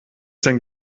denn